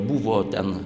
buvo ten